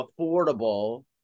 affordable